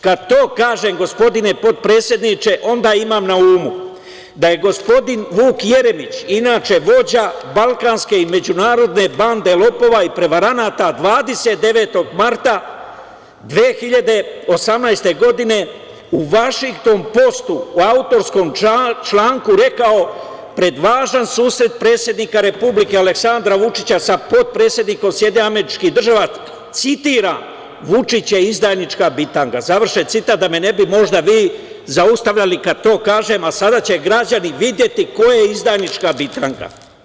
Kad to kažem, gospodine potpredsedniče, onda imam na umu da je gospodin Vuk Jeremić, inače vođa balkanske i međunarodne bande lopova i prevaranata, 29. marta 2018. godine u "Vašington postu" u autorskom članku rekao pred važan susret predsednika Republike Aleksandra Vučića sa potpredsednikom SAD, citiram: "Vučić je izdajnička bitanga", završen citat, da me ne bi možda vi zaustavljali kad to kažem, a sada će građani videti ko je izdajnička bitanga.